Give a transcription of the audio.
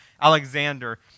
Alexander